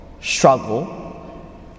struggle